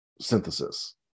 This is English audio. synthesis